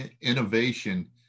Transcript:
innovation